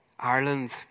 Ireland